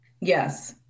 Yes